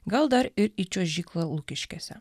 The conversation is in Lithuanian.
gal dar ir į čiuožyklą lukiškėse